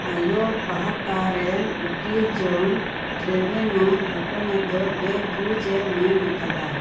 ᱟᱭᱳ ᱯᱟᱦᱴᱟᱨᱮᱱ ᱩᱠᱤᱞ ᱡᱚᱱ ᱴᱨᱮᱵᱷᱮᱱᱟ ᱜᱷᱚᱴᱚᱱᱟ ᱫᱚ ᱵᱮᱵᱩᱡᱮ ᱢᱮᱱ ᱟᱠᱟᱫᱟ